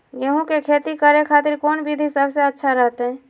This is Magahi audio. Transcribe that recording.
गेहूं के खेती करे खातिर कौन विधि सबसे अच्छा रहतय?